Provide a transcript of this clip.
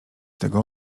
tego